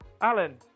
Alan